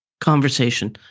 conversation